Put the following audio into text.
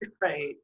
right